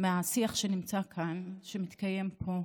מהשיח שנמצא כאן, שמתקיים פה,